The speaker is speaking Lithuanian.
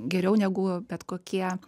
geriau negu bet kokie